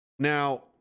Now